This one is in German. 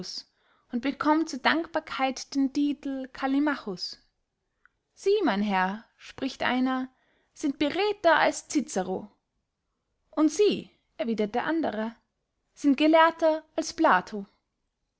und bekömmt zur dankbarkeit den titel callimachus sie mein herr spricht einer sind beredter als cicero und sie erwiedert der andere sind gelehrter als plato